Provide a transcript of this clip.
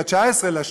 ב-19 במרס,